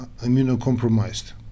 immunocompromised